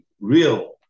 real